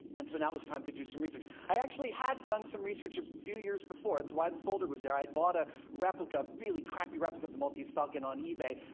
and so now it was time to do some research. i actually had done some research a few years before it's why the folder was there. i'd bought a replica, a really crappy replica, of the maltese falcon on ebay,